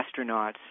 astronauts